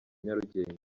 nyarugenge